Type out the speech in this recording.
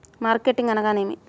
Marketing అనగానేమి?